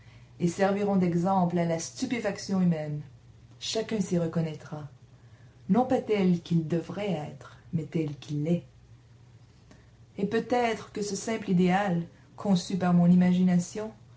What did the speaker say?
et serviront d'exemple à la stupéfaction humaine chacun s'y reconnaîtra non pas tel qu'il devrait être mais tel qu'il est et peut-être que ce simple idéal conçu par mon imagination